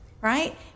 right